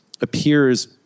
appears